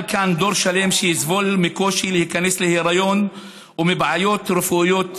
כאן דור שלם שיסבול מקושי להיכנס להיריון ומבעיות רפואיות אחרות.